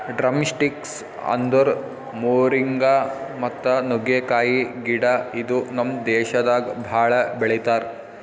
drumsticks ಅಂದುರ್ moringa ಮತ್ತ ನುಗ್ಗೆಕಾಯಿ ಗಿಡ ಇದು ನಮ್ ದೇಶದಾಗ್ ಭಾಳ ಬೆಳಿತಾರ್